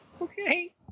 Okay